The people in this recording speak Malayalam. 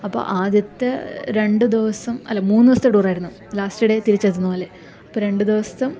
അപ്പം ആദ്യത്തെ രണ്ടു ദിവസം അല്ല മൂന്ന് ദിവസത്തെ ടൂറായിരുന്നു ലാസ്റ്റ് ഡേ തിരിച്ചെത്തുന്ന പോലെ അപ്പോൾ രണ്ടു ദിവസം